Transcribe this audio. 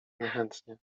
niechętnie